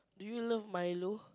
do you love Milo